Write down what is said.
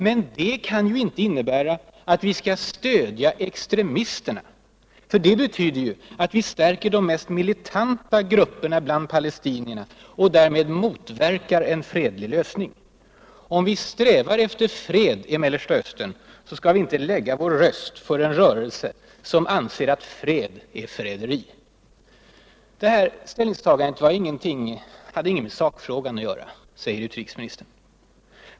Men detta kan inte innebära att vi skall stödja just extremisterna. Då stärker vi de mest militanta grupperna bland palestinierna och därmed motverkar vi en fredlig lösning. Om vi strävar efter fred i Mellersta Östern skall vi inte lägga vår röst för en rörelse som anser att fred är förräderi. Det här ställningstagandet hade ingenting med sakfrågan att göra, säger utrikesministern.